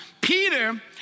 Peter